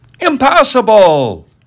Impossible